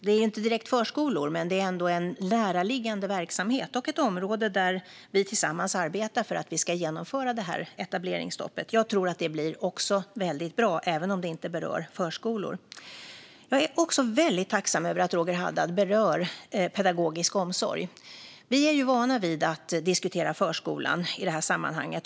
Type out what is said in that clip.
Det är inte direkt förskolor, men det är ändå en näraliggande verksamhet och ett område där vi tillsammans arbetar för att vi ska genomföra etableringsstoppet. Jag tror att det blir väldigt bra, även om det inte berör förskolor. Jag är också väldigt tacksam över att Roger Haddad berör pedagogisk omsorg. Vi är ju vana vid att diskutera förskolan i det här sammanhanget.